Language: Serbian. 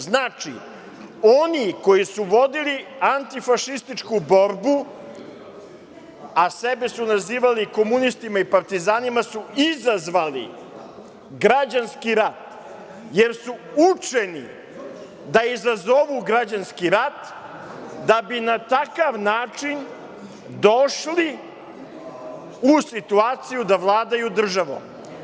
Znači, oni koji su vodili antifašističku borbu, a sebe su nazivali komunistima i partizanima su izazvali građanski rat, jer su učeni da izazovu građanski rat da bi na takav način došli u situaciju da vladaju državom.